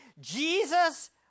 Jesus